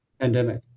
pandemic